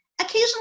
occasionally